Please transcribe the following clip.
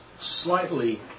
slightly